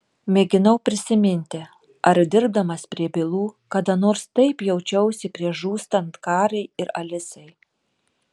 mėginau prisiminti ar dirbdamas prie bylų kada nors taip jaučiausi prieš žūstant karai ir alisai